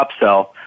upsell